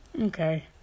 okay